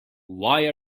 why